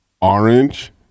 orange